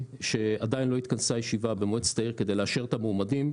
שעדיין לא התכנסה ישיבה במועצת העיר כדי לאשר את המועמדים.